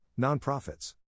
Nonprofits